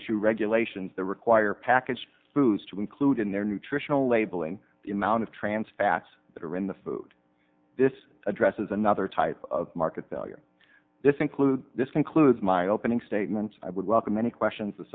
issue regulations that require packaged foods to include in their nutritional labeling the amount of trans fats that are in the food this addresses another type of market value this includes this concludes my opening statement i would welcome any questions